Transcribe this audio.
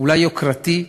אולי יוקרתי,